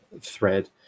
thread